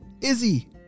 Izzy